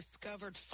discovered